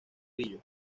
brillo